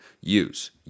use